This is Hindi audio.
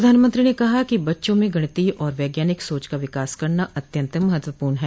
प्रधानमंत्री ने कहा कि बच्चों में गणितीय तथा वैज्ञानिक सोच का विकास करना अत्यन्त महत्वपूर्ण है